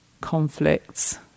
conflicts